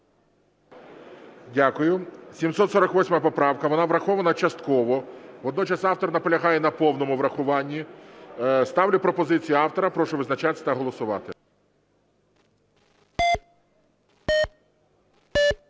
Дякую. 748 поправка. Вона врахована частково. Водночас автор наполягає на повному врахуванні. Ставлю пропозицію автора. Прошу визначатися та голосувати.